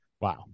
Wow